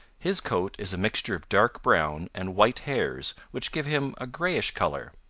his coat is a mixture of dark brown and white hairs which give him a grayish color.